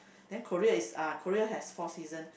then Korea is uh Korea has four season